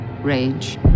rage